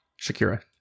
Shakira